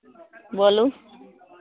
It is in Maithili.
बोलू